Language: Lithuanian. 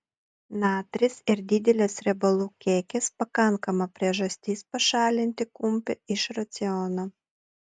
natris ir didelis riebalų kiekis pakankama priežastis pašalinti kumpį iš raciono